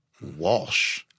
Walsh